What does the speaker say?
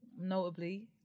notably